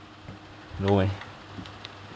no eh